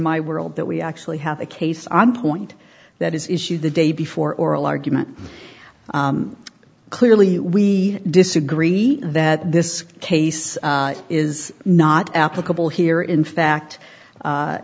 my world that we actually have a case on point that is issue the day before oral argument clearly we disagree that this case is not applicable here in fact